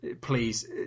please